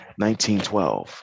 1912